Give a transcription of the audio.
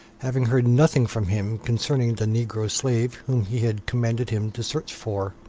having heard nothing from him concerning the negro slave whom he had commanded him to search for